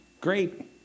great